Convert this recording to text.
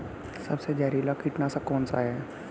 सबसे जहरीला कीटनाशक कौन सा है?